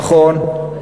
נכון,